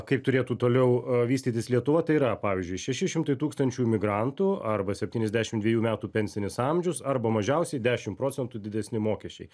kaip turėtų toliau vystytis lietuva tai yra pavyzdžiui šeši šimtai tūkstančių imigrantų arba septyniasdešim dviejų metų pensinis amžius arba mažiausiai dešim procentų didesni mokesčiai